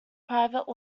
private